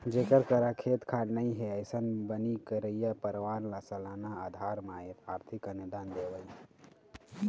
जेखर करा खेत खार नइ हे, अइसन बनी करइया परवार ल सलाना अधार म आरथिक अनुदान देवई